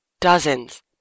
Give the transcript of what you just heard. Dozens